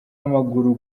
wamaguru